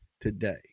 today